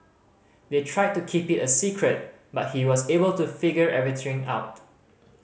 they tried to keep it a secret but he was able to figure everything out